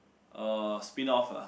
uh spin off ah